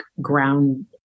ground